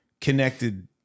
connected